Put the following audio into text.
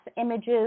images